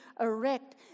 erect